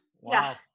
Wow